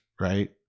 Right